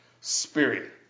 spirit